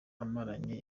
amaranye